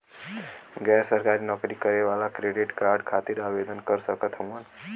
गैर सरकारी नौकरी करें वाला क्रेडिट कार्ड खातिर आवेदन कर सकत हवन?